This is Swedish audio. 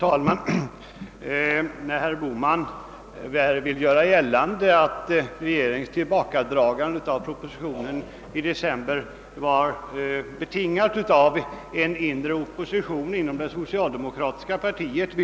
Herr talman! Jag vill på det bestämdaste dementera herr Bohmans uppgift att regeringens tillbakadragande av propositionen i december var betingat av en inre opposition inom det socialdemokratiska partiet.